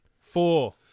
four